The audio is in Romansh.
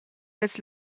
els